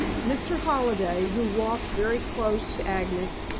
mr. halliday, who walked very close to agnes,